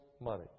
money